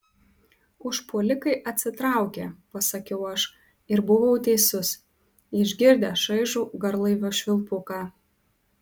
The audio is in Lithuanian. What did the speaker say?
užpuolikai atsitraukė pasakiau aš ir buvau teisus išgirdę šaižų garlaivio švilpuką